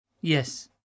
Yes